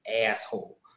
asshole